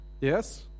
Yes